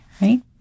right